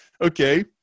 Okay